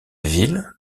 ville